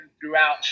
throughout